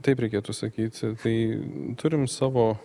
taip reikėtų sakyti tai turim savo